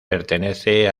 pertenece